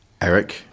eric